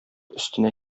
өстенә